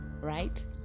right